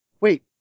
Wait